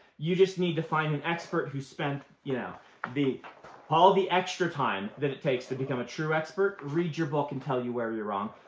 you just need to find an expert who spent all you know the all the extra time that it takes to become a true expert, read your book and tell you where you're wrong.